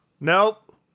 Nope